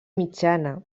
mitjana